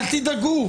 אל תדאגו,